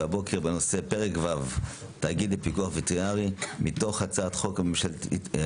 והבוקר בנושא: פרק ו' (התאגיד לפיקוח וטרינרי) מתוך הצעת חוק ההתייעלות